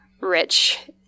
rich